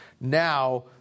Now